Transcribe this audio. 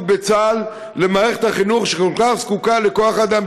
בצה"ל למערכת החינוך שכל כך זקוקה לכוח אדם,